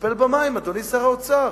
תטפל במים, אדוני שר האוצר.